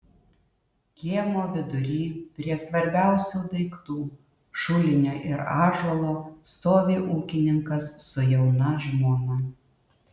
kiemo vidury prie svarbiausių daiktų šulinio ir ąžuolo stovi ūkininkas su jauna žmona